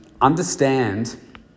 understand